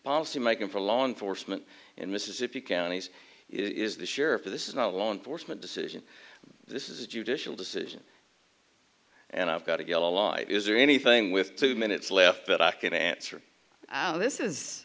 policy making for law enforcement in mississippi counties is the sheriff of this is not a law enforcement decision this is a judicial decision and i've got to get a lawyer is there anything with two minutes left but i can answer this is